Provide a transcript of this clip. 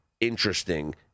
interesting